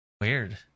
Weird